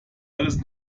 alles